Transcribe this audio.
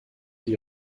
die